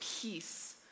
peace